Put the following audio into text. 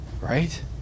Right